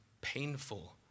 painful